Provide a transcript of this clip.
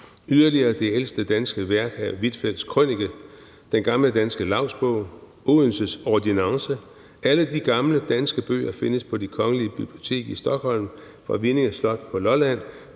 yderligere det ældste danske værk af Huitfeldts krønike, den gamle danske lagsbog, Odenses Ordinance – alle de gamle danske bøger findes på det kongelige bibliotek i Stockholm. Fra et slot på Lolland